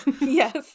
Yes